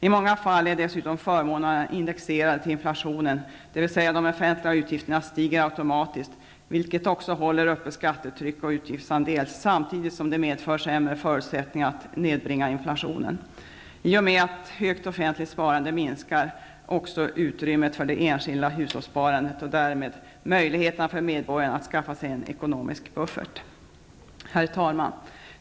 I många fall är dessutom förmånerna indexerade till inflationen, dvs. de offentliga utgifterna stiger automatiskt, vilket också håller uppe skattetryck och utgiftsandel, samtidigt som det medför sämre förutsättningar att nedbringa inflationen. I och med ett högt offentligt sparande minskar också utrymmet för det enskilda hushållssparandet och därmed möjligheterna för medborgarna att skaffa sig en ekonomisk buffert. Herr talman!